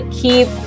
keep